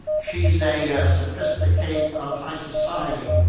she's a ah sophisticate of high society.